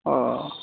अ